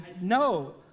No